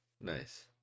Nice